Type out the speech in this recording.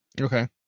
Okay